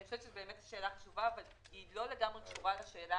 אני חושבת שזו באמת שאלה חשובה אבל היא לא לגמרי קשורה לשאלה